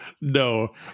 No